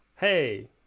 Hey